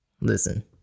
Listen